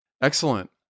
Excellent